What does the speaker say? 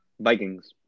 Vikings